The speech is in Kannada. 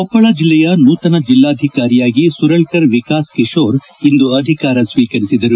ಕೊಪ್ಪಳ ಜಿಲ್ಲೆಯ ನೂತನ ಜಿಲ್ಲಾಧಿಕಾರಿಯಾಗಿ ಸುರಳ್ಳರ್ ವಿಕಾಸ್ ಕಿಶೋರ್ ಇಂದು ಅಧಿಕಾರ ಸ್ವೀಕರಿಸಿದರು